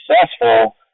successful